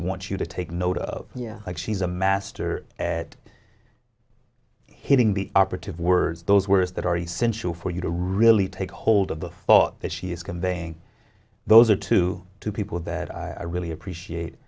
wants you to take note of like she's a master at hitting the operative words those words that are essential for you to really take hold of the thought that she is conveying those are two people that i really appreciate